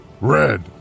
red